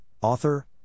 author